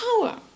power